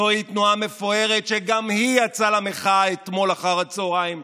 זוהי תנועה מפוארת שגם היא יצאה למחאה אתמול אחר הצוהריים,